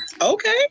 Okay